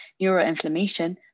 neuroinflammation